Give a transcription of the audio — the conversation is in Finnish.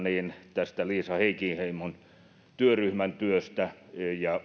tästä liisa heikinheimon työryhmän työstä ja